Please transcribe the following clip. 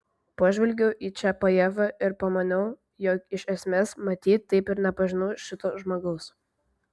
pažvelgiau į čiapajevą ir pamaniau jog iš esmės matyt taip ir nepažinau šito žmogaus